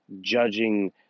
judging